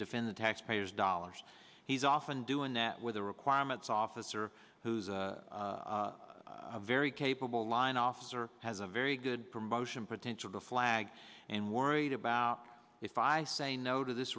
defend the taxpayers dollars he's often doing that with the requirements officer who's a very capable line officer has a very good promotion potential to flag and worried about if i say no to this